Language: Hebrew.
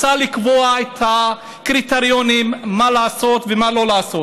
רוצה לקבוע את הקריטריונים מה לעשות ומה לא לעשות.